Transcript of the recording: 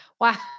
Wow